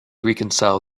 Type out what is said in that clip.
reconcile